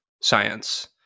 science